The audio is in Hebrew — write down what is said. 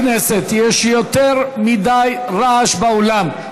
יותר מדי רעש באולם.